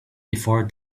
before